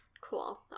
Cool